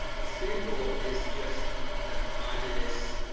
a sample is just the the homogenous